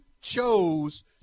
chose